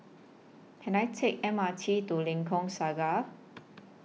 Can I Take M R T to Lengkok Saga